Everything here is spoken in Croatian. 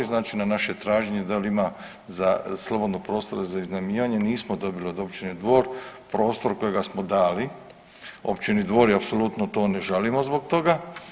I na naše traženje da li ima slobodnog prostora za iznajmljivanje nismo dobili od općine Dvor prostor kojega smo dali općini Dvor i apsolutno to ne žalimo zbog toga.